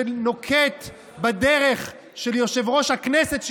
שנוקט את הדרך של יושב-ראש הכנסת,